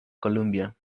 columbia